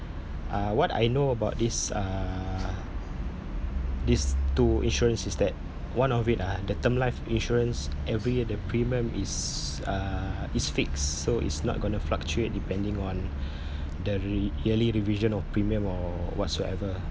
uh what I know about this uh this two insurance is that one of it ah the term life insurance every year the premium is uh is fixed so is not gonna fluctuate depending on the re~ yearly revision of premium or whatsoever